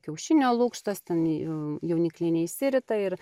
kiaušinio lukštas ten jų jaunikliai neišsirita ir